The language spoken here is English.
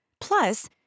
Plus